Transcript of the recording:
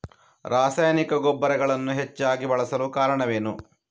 ರಾಸಾಯನಿಕ ಗೊಬ್ಬರಗಳನ್ನು ಹೆಚ್ಚಾಗಿ ಬಳಸಲು ಕಾರಣವೇನು?